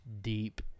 deep